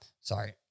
sorry